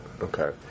Okay